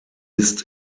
ist